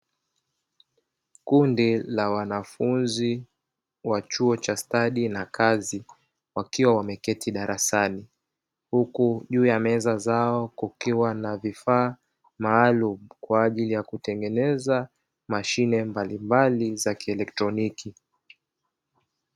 Kundi la wanafunzi wa chuo cha stadi, na kazi wakiwa wameketi darasani, huku juu ya meza zao kukiwa na vifaa maalumu, kwa ajili ya kutengeneza mashine mbalimbali za kielektroniki.